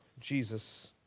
Jesus